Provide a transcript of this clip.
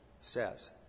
says